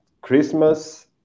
Christmas